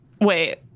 wait